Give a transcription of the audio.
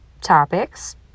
topics